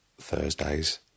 Thursdays